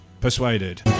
Persuaded